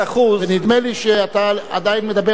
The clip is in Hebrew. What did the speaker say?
ונדמה לי שאתה עדיין מדבר לעניין,